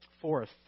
Fourth